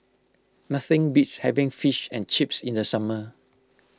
nothing beats having Fish and Chips in the summer